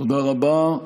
תודה רבה.